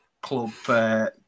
club